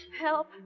Help